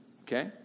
Okay